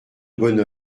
bonne